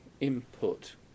input